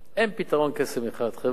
אין פתרון קסם אחד, חבר'ה.